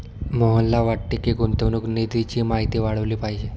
मोहनला वाटते की, गुंतवणूक निधीची माहिती वाढवली पाहिजे